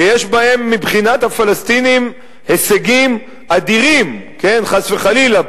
שיש בהן מבחינת הפלסטינים הישגים אדירים: חס וחלילה,